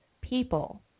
people